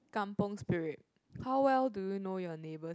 kampung spirit how well do you know your neighbours